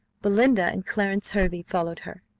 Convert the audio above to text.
belinda and clarence hervey followed her.